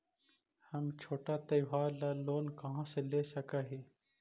हम छोटा त्योहार ला लोन कहाँ से ले सक ही?